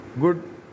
good